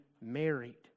married